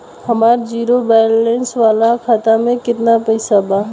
हमार zero balance वाला खाता में केतना पईसा बा?